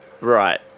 Right